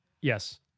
yes